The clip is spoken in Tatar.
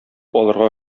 алырга